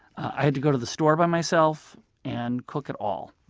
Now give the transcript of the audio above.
i had to go to the store by myself and cook it all.